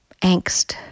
angst